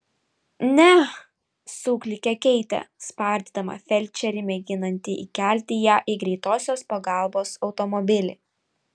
neh suklykė keitė spardydama felčerį mėginantį įkelti ją į greitosios pagalbos automobilį